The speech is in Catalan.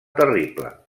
terrible